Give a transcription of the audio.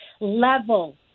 level